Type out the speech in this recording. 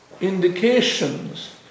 indications